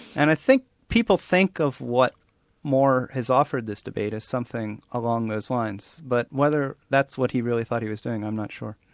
and i think people think of what moore has offered this debate as something along those lines. but whether that's what he really thought he was doing, i'm not sure.